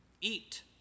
Eat